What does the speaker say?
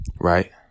right